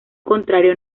contrario